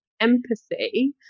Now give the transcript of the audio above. empathy